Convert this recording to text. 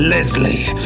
Leslie